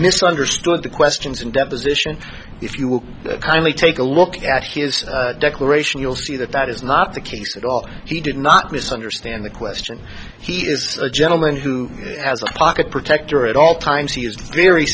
misunderstood the questions in deposition if you will kindly take a look at his declaration you'll see that that is not the case at all he did not misunderstand the question he is a gentleman who has a pocket protector at all times he is very